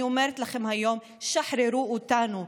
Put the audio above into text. אני אומרת לכם היום: שחררו אותנו.